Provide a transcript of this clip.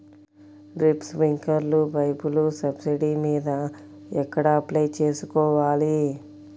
Drip, స్ప్రింకర్లు పైపులు subsidy మీద ఎక్కడ అప్లై చేసుకోవాలి?